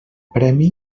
premi